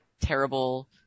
Terrible